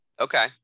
Okay